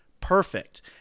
perfect